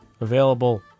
available